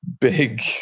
big